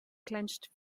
clenched